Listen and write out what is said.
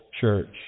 church